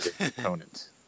opponent